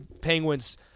Penguins